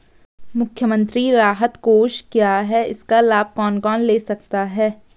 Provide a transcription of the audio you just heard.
मुख्यमंत्री राहत कोष क्या है इसका लाभ कौन कौन ले सकता है?